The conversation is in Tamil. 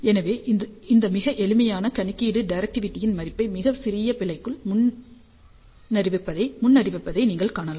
எனவே இந்த மிக எளிய கணக்கீடு டைரக்டிவிட்டியின் மதிப்பை மிக சிறிய பிழைக்குள் முன்னறிவிப்பதை நீங்கள் காணலாம்